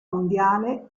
mondiale